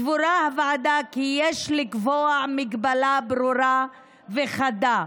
סברה הוועדה כי יש לקבוע הגבלה ברורה וחדה: